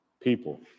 people